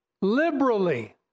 Liberally